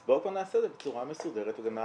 אז בואו נעשה את זה בצורה מסודרת ונעבה